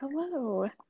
hello